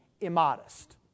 immodest